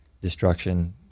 destruction